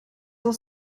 aus